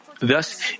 Thus